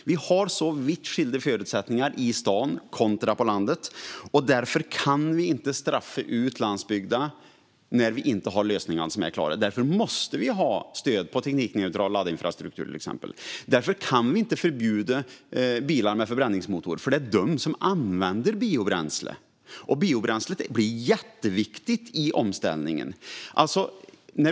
Vi har så vitt skilda förutsättningar i staden och på landet. Därför kan vi inte straffa ut landsbygden när vi inte har klara lösningar. Därför måste vi ha stöd för teknikneutral laddinfrastruktur, till exempel. Därför kan vi inte förbjuda bilar med förbränningsmotor, för det finns de som använder biobränsle, och biobränsle blir jätteviktigt i omställningen.